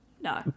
No